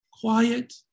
quiet